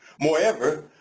moreover,